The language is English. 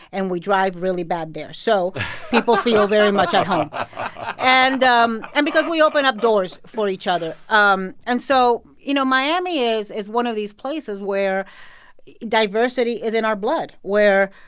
and we drive really bad there, so people feel very much at home and um and because we open up doors for each other. um and so, you know, miami is is one of these places where diversity is in our blood, where,